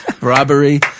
robbery